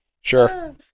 sure